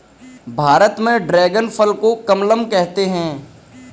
भारत में ड्रेगन फल को कमलम कहते है